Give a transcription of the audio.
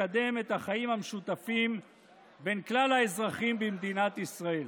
לקדם את החיים המשותפים בין כלל האזרחים במדינת ישראל.